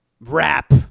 Rap